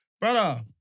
brother